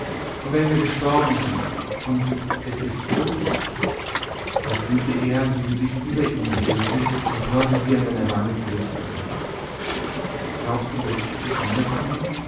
und wenn wir gestorben sind und es ist so da fühlte er wie sie sich über ihn lehnte und hörte sie an seiner wange flüstern glaubst du jetzt daß ich wiederkomme